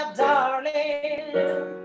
darling